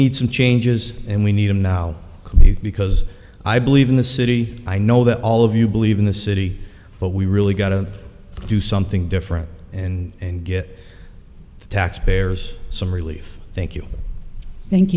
need some changes and we need them now because i believe in the city i know that all of you believe in the city but we really got to do something different and get taxpayers some relief thank you thank